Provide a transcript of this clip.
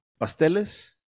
pasteles